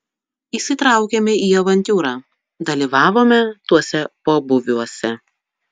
įsitraukėme į avantiūrą dalyvavome tuose pobūviuose